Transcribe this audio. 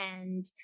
And-